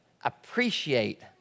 appreciate